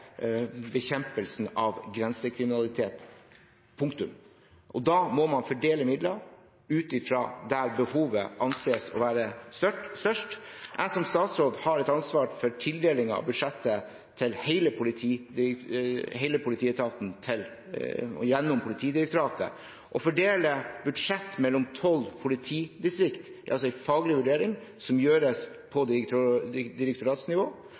bekjempelsen av grensekriminalitet. Da må man fordele midler ut fra der behovet anses å være størst. Som statsråd har jeg et ansvar for tildeling av budsjettmidler til hele politietaten gjennom Politidirektoratet. Å fordele budsjett mellom tolv politidistrikt er en faglig vurdering som gjøres på direktoratsnivå,